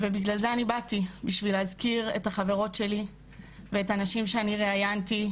ובגלל זה אני באתי: בשביל להזכיר את החברות שלי ואת הנשים שאני ראיינתי.